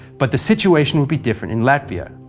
but the situation would be different in latvia.